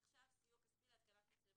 אני ממשיכה בקריאה: סיוע כספי להתקנת מצלמות.